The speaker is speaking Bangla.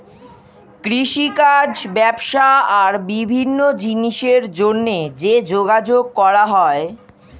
কৃষিকাজ, ব্যবসা আর বিভিন্ন জিনিসের জন্যে যে যোগাযোগ করা হয়